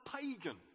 pagan